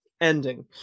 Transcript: ending